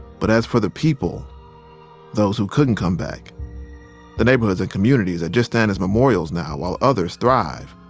but as for the people those who couldn't come back the neighborhoods and communities that just stand as memorials now while others thrive.